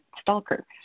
stalker